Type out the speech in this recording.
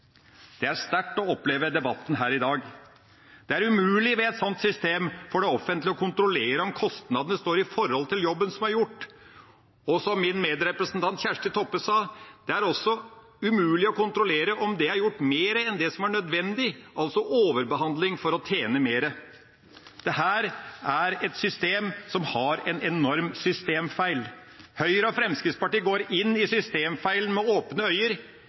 Det er sterkt å oppleve debatten her i dag. Det er umulig med et slikt system for det offentlige å kontrollere om kostnadene står i forhold til jobben som er gjort. Og som min medrepresentant Kjersti Toppe sa: Det er også umulig å kontrollere om det er gjort mer enn det som er nødvendig, altså overbehandling, for å tjene mer. Dette er et system som har en enorm systemfeil. Høyre og Fremskrittspartiet går inn i systemfeilen med åpne